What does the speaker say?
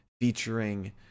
featuring